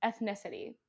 ethnicity